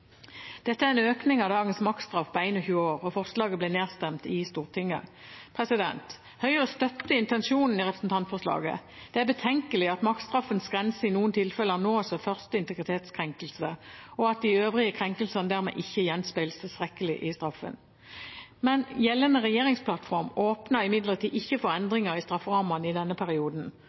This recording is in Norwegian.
Dette er en økning av dagens maksstraff på 21 år, og forslaget ble nedstemt i Stortinget. Høyre støtter intensjonen i representantforslaget. Det er betenkelig at maksstraffens grense i noen tilfeller nås ved første integritetskrenkelse, og at de øvrige krenkelsene dermed ikke gjenspeiles tilstrekkelig i straffen. Gjeldende regjeringsplattform åpner imidlertid ikke for endringer i strafferammene i denne perioden.